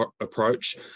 approach